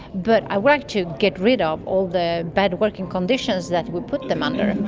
but i would like to get rid ah of all the bad working conditions that we put them under.